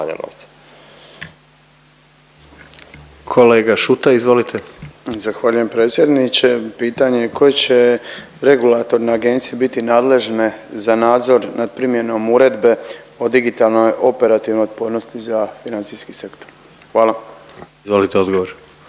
Tomislav (HDZ)** Zahvaljujem predsjedniče. Pitanje je, koje će regulatorne agencije biti nadležne za nadzor nad primjenom Uredbe o digitalnoj operativnoj otpornosti za financijski sektor? Hvala. **Jandroković,